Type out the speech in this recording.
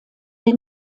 den